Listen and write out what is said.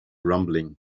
rumbling